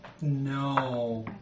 No